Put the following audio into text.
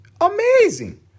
Amazing